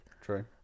True